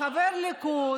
חבר ליכוד,